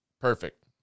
Perfect